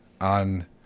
on